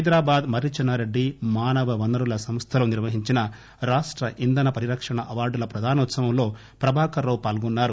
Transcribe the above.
హైదరాబాద్ మర్రిచెన్నా రెడ్డి మానవ వనరుల సంస్థలో నిర్వహించిన రాష్ట ఇంధన పరిరక్షణ అవార్డుల ప్రదానోత్పవంలో ప్రభాకర్ రావు పాల్గొన్నారు